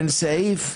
אין סעיף,